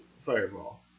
fireball